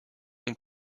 ont